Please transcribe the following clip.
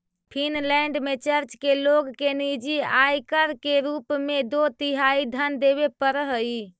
Finland में church के लोग के निजी आयकर के रूप में दो तिहाई धन देवे पड़ऽ हई